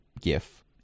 GIF